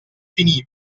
finiva